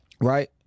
right